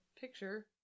picture